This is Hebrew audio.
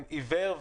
הנושא נבדק ואכן,